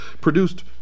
produced